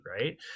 right